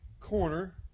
corner